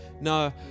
No